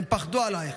הם פחדו עליך,